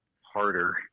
harder